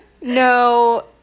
No